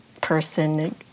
person